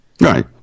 right